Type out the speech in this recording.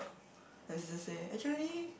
no he just say actually